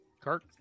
Kirk